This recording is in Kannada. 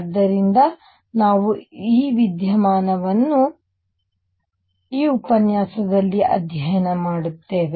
ಆದ್ದರಿಂದ ನಾವು ಈ ವಿದ್ಯಮಾನವನ್ನು ಈ ಉಪನ್ಯಾಸದಲ್ಲಿ ಅಧ್ಯಯನ ಮಾಡುತ್ತೇವೆ